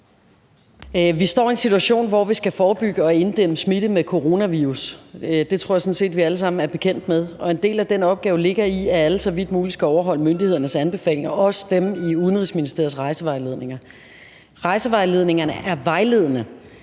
Vi står i en situation, hvor vi skal forebygge og inddæmme smitte med coronavirus – det tror jeg sådan set vi alle sammen er bekendt med – og en del af den opgave består i, at alle så vidt muligt skal overholde myndighedernes anbefalinger, også dem i Udenrigsministeriets rejsevejledninger. Rejsevejledningerne er vejledende,